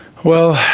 well,